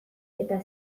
eta